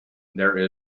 there